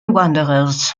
wanderers